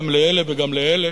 גם לאלה וגם לאלה,